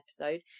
episode